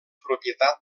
propietat